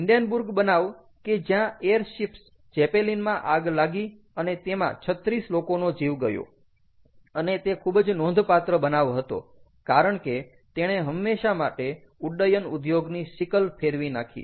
Hindenburg બનાવ કે જ્યાં એર શિપ્સ ઝેપેલીન માં આગ લાગી અને તેમાં 36 લોકોનો જીવ ગયો અને તે ખૂબ જ નોંધપાત્ર બનાવ હતો કારણ કે તેણે હંમેશા માટે ઉડ્ડયન ઉદ્યોગની સિકલ ફેરવી નાખી